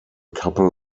couple